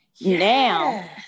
now